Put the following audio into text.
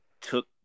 took